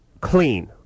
Clean